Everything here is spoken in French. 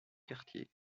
quartier